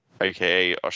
aka